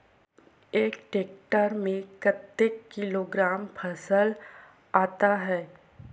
एक टेक्टर में कतेक किलोग्राम फसल आता है?